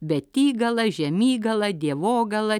betygala žemygala dievogala